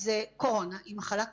אז קורונה היא מחלה קשה.